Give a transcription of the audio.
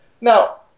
Now